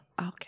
Okay